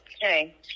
Hey